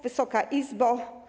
Wysoka Izbo!